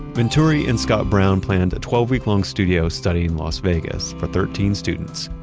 venturi and scott brown planned a twelve week long studio study in las vegas for thirteen students.